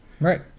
Right